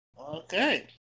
Okay